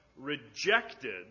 rejected